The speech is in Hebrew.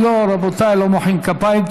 לא, לא, רבותיי, לא מוחאים כפיים.